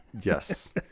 Yes